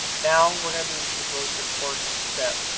now we're going to move to the most important step,